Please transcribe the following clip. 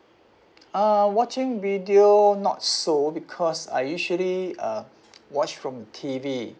uh watching video not so because I usually uh watch from T_V